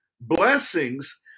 blessings